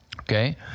Okay